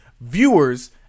viewers